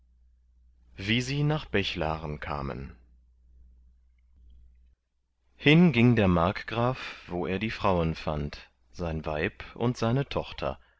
wie sie nach bechlaren kamen hin ging der markgraf wo er die frauen fand sein weib und seine tochter